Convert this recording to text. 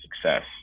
success